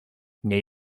nie